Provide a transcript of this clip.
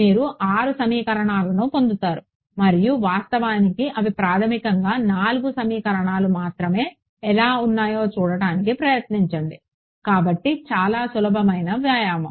మీరు 6 సమీకరణాలను పొందుతారు మరియు వాస్తవానికి అవి ప్రాథమికంగా 4 సమీకరణాలు మాత్రమే ఎలా ఉన్నాయో చూడటానికి ప్రయత్నించండి కాబట్టి చాలా సులభమైన వ్యాయామం